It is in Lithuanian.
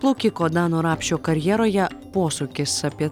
plaukiko dano rapšio karjeroje posūkis apie